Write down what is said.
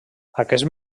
aquest